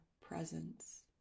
presence